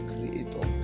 Creator